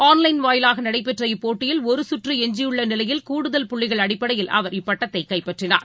on line வாயிலாகநடைபெற்ற இப்போட்டியில் ஒருசுற்று எஞ்சியுள்ளநிலையில் கூடுதல் புள்ளிகள் அடிப்படையில் அவர் இப்பட்டத்தைகைப்பற்றினார்